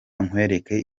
nkwereke